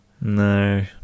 No